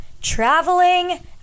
traveling